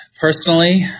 personally